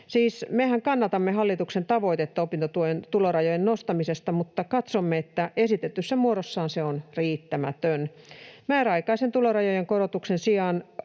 mehän kannatamme hallituksen tavoitetta opintotuen tulorajojen nostamisesta mutta katsomme, että esitetyssä muodossaan se on riittämätön. Määräaikaisen tulorajojen korotuksen sijaan